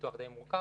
ניתוח די מורכב.